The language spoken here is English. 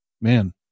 man